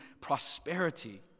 prosperity